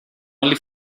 only